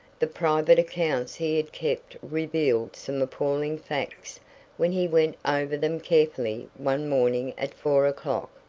the private accounts he had kept revealed some appalling facts when he went over them carefully one morning at four o'clock,